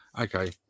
okay